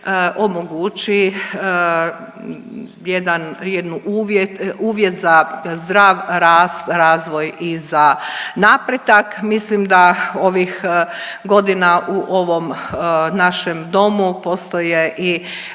omogući jedan uvjet za zdrav rast, razvoj i za napredak. Mislim da ovih godina u ovom našem Domu postoje i